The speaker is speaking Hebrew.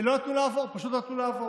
לא נתנו לעבור, פשוט לא נתנו לעבור.